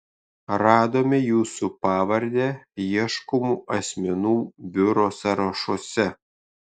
radome jūsų pavardę ieškomų asmenų biuro sąrašuose